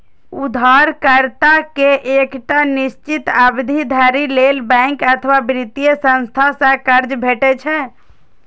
उधारकर्ता कें एकटा निश्चित अवधि धरि लेल बैंक अथवा वित्तीय संस्था सं कर्ज भेटै छै